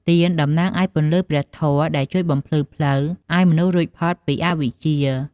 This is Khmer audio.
ទៀន តំណាងឱ្យ ពន្លឺព្រះធម៌ ដែលជួយបំភ្លឺផ្លូវឱ្យមនុស្សរួចផុតពីអវិជ្ជា។